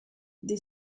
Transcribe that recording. des